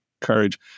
courage